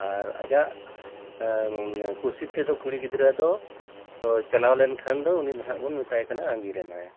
ᱟᱨ ᱟᱭᱟᱜ ᱠᱩᱥᱤ ᱛᱮᱫᱚ ᱠᱩᱲᱤ ᱜᱤᱫᱽᱨᱟᱹ ᱫᱚ ᱪᱟᱞᱟᱣ ᱞᱮᱱᱠᱷᱟᱱ ᱫᱚ ᱩᱱᱤ ᱫᱚ ᱦᱟᱸᱜ ᱵᱚᱱ ᱢᱮᱛᱟᱭ ᱠᱟᱱᱟ ᱟᱸᱜᱤᱨ ᱮᱱᱟᱭ